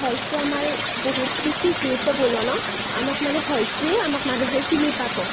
ভইচটো আমাৰ বহুত বেছি গুৰুত্বপূৰ্ণ ন আমাক মানে ভইচটোৱে আমাক মানুহে চিনি পাব